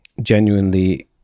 genuinely